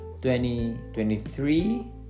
2023